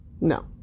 No